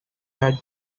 that